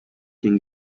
can